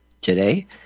today